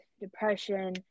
depression